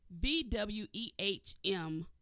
VWEHM